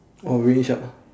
orange ah